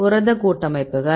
புரத கூட்டமைப்புகள்